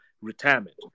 retirement